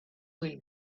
will